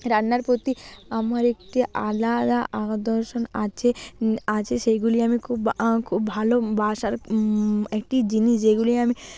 রান্নার প্রতি আমার একটি আলাদা আকর্ষণ আছে আছে সেগুলি আমি খুব খুব ভালোবাসার একটি জিনিস যেগুলি আমি